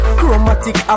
Chromatic